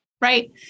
Right